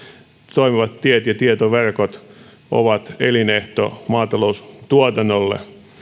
toimivat tiet ja tietoverkot ovat elinehto maataloustuotannolle